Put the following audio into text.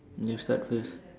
you start first